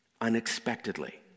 unexpectedly